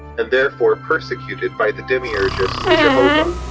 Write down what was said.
and therefore persecuted by the demiurgus, jehovah.